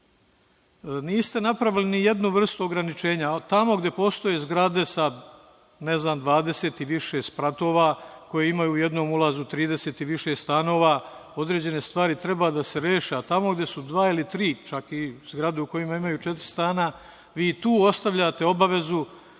napravili ni jednu vrstu ograničenja, tamo gde postoje zgrade sa ne znam, 20 i više spratova, koje imaju u jednom ulazu 30 i više stanova, određene stvari treba da se reše, a tamo gde su dva ili tri, čak i zgrade koje imaju četiri stana, vi tu ostavljate obavezu